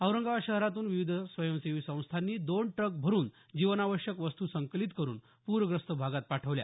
औरंगाबाद शहरातून विविध स्वयंसेवी संस्थांनी दोन ट्रक भरून जीवनावश्यक वस्तू संकलित करून पूरग्रस्त भागात पाठवल्या